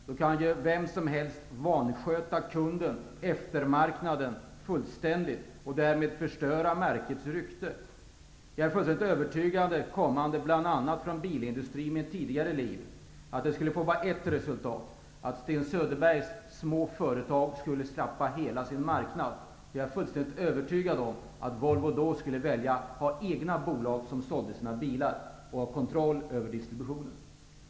Då kunde återförsäljarna vansköta eftermarknaden och kunderna och därmed förstöra märkets rykte. Jag har tidigare erfarenheter från bilindustrin. Jag är övertygad om att det enbart skulle leda till att de små företag som Sten Söderberg talar om skulle tappa hela sin marknad. I det fallet skulle Volvo förmodligen välja att ha egna bolag för försäljning av bilarna för att ha kontroll över distributionen.